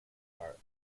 heart